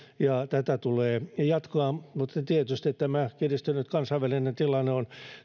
ja tätä tulee jatkaa mutta tietysti tämä kiristynyt kansainvälinen tilanne on